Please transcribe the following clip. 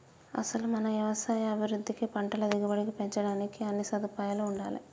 అసలు మన యవసాయ అభివృద్ధికి పంటల దిగుబడి పెంచడానికి అన్నీ సదుపాయాలూ ఉండాలే